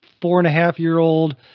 four-and-a-half-year-old